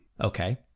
Okay